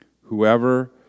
Whoever